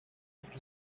ist